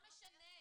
זה נכון, בדיעבד.